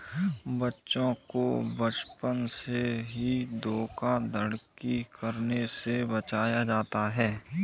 बच्चों को बचपन से ही धोखाधड़ी करने से बचाया जाता है